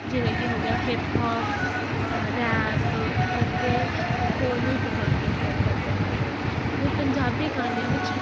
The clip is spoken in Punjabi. ਜਿਵੇਂ ਕੀ ਹੋ ਗਿਆ ਹਿੱਪ ਹੋਪ ਰੈਪ ਅਤੇ ਹੋਰ ਵੀ ਬਹੁਤ ਕੁਛ ਪਰ ਵਰਤਿਆ ਜਾਂਦਾ ਹੈ ਪੰਜਾਬੀ ਗਾਣਿਆਂ ਵਿੱਚ